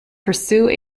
pursue